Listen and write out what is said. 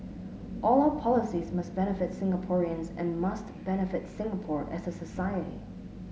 all our policies must benefit Singaporeans and must benefit Singapore as a society